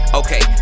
okay